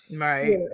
Right